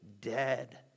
dead